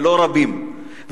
ולא רבים,